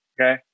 okay